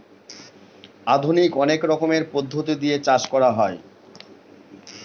আধুনিক অনেক রকমের পদ্ধতি দিয়ে চাষ করা হয়